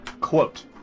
Quote